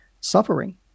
suffering